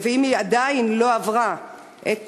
אם אין לה עדיין ילד שלישי,